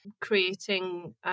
creating